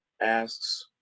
asks